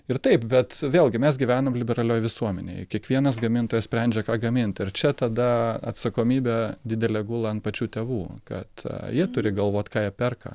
ir taip bet vėlgi mes gyvenam liberalioj visuomenėje kiekvienas gamintojas sprendžia ką gamint ir čia tada atsakomybė didelė gula ant pačių tėvų kad jie turi galvot ką jie perka